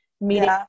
Meeting